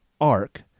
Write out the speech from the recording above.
arc